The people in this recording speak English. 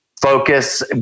focus